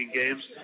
games